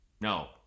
no